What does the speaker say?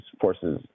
forces